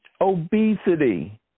obesity